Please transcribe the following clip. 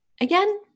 Again